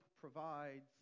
provides